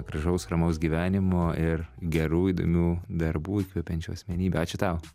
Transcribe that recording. gražaus ramaus gyvenimo ir gerų įdomių darbų įkvepiančių asmenybių ačiū tau